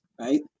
Right